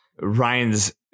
Ryan's